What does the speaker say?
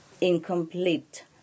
incomplete